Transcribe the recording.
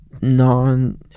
non